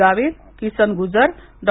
Gavit Kisan Gujar Dr